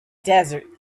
desert